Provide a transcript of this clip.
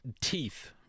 teeth